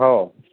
हो